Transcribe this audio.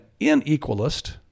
inequalist